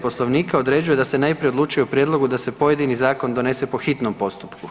Poslovnika određuje da se najprije odlučuje o prijedlogu da se pojedini zakon donese po hitnom postupku.